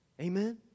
Amen